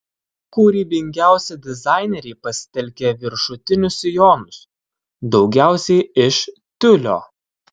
kūrybingiausi dizaineriai pasitelkė viršutinius sijonus daugiausiai iš tiulio